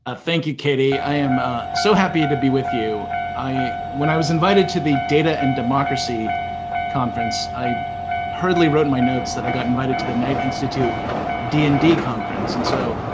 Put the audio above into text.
ah thank you, katy, i am ah so happy to be with you. when i was invited to the data and democracy conference i hurriedly wrote in my notes that i got invited to the knight institute d and d conference. and so,